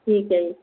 ਠੀਕ ਹੈ ਜੀ